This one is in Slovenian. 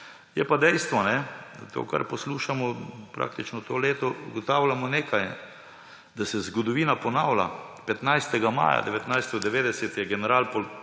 Je pa dejstvo, da pri tem, kar poslušamo praktično to leto, ugotavljamo nekaj – da se zgodovina ponavlja. 15. maja 1990 je general